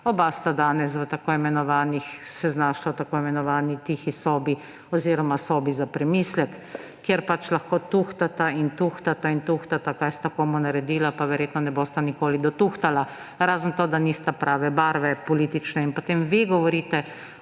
oba sta se danes znašla v tako imenovani tihi sobi oziroma sobi za premislek, kjer pač lahko tuhtata in tuhtata in tuhtata, kaj sta komu naredila; pa verjetno ne bosta nikoli dotuhtala, razen tega, da nista prave politične barve. In potem vi govorite